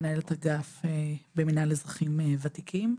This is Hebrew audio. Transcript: מנהלת אגף במנהל אזרחים וותיקים.